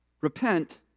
repent